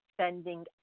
spending